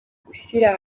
gushyira